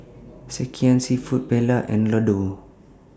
Sekihan Seafood Paella and Ladoo